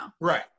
Right